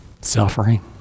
suffering